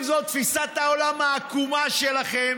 אם זו תפיסת העולם העקומה שלכם,